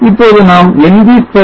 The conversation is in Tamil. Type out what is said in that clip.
இப்போது நாம் ngspice series